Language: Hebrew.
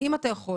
אם אפשר